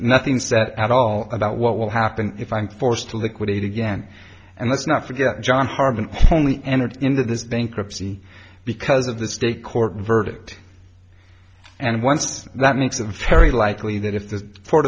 nothing's that at all about what will happen if i'm forced to liquidate again and let's not forget john harmon only entered into this bankruptcy because of the state court verdict and once that mix of very likely that if the court